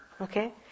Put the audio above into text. Okay